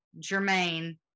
Jermaine